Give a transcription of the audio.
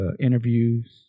interviews